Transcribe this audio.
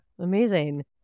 Amazing